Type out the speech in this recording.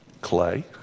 Clay